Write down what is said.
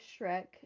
Shrek